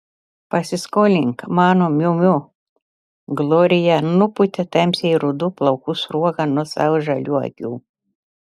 pasiskolink mano miu miu glorija nupūtė tamsiai rudų plaukų sruogą nuo savo žalių akių